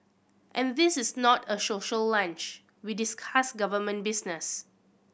and this is not a social lunch we discuss government business